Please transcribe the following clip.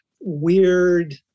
weird